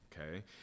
okay